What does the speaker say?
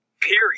period